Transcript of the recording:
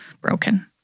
broken